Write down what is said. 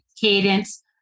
cadence